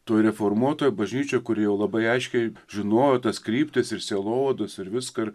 toj reformuotoj bažnyčioj kuri jau labai aiškiai žinojo tas kryptis ir sielovados ir viską ir